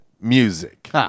music